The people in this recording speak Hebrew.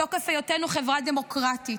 בתוקף היותנו חברה דמוקרטית,